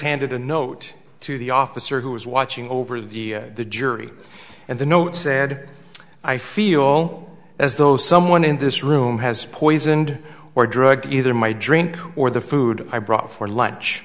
handed a note to the officer who was watching over the the jury and the note said i feel as though someone in this room has poisoned or drugged either my drink or the food i brought for